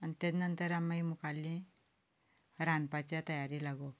ताज्या नंतर मागीर आमी मुख्खाल्ले रांदपाच्या तयारेक लागप